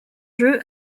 jeu